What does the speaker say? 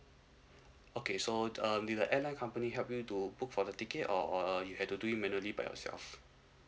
okay so the um did the airline company help you to book for the ticket or uh you had to do it manually by yourself